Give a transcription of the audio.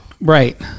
right